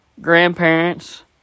grandparents